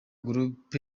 group